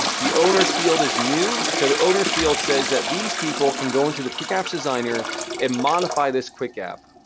the owners field is new. so the owners field says that these people can go into the quick apps designer and modify this quick app.